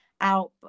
out